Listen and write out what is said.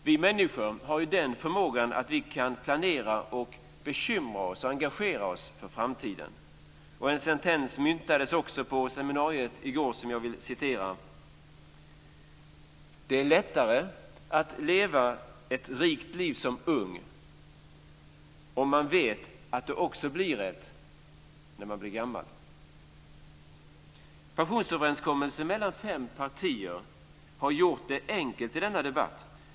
Vi människor har förmågan att bekymra oss, engagera oss och planera för framtiden. På pensionsseminariet i går myntades följande sentens: Det är lättare att leva ett rikt liv som ung, om man vet att det också blir ett när man blir gammal. Pensionsöverenskommelsen mellan fem partier har gjort det enkelt att föra denna debatt.